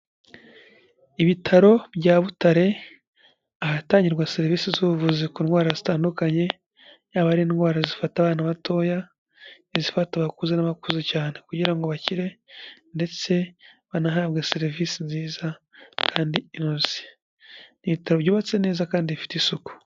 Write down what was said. Ibitaro bya Butare ahatangirwa serivisi z'ubuvuzi ku ndwara zitandukanye yaba ari indwara zifata abana batoya, izifata abakuze n'abakuze cyane kugira ngo bakire ndetse banahabwe serivisi nziza kandi inoze, ni ibitaro byubatse neza kandi bifite isuku.